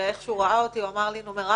ואיך שהוא ראה אותי הוא אמר "נומרטור",